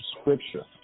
scripture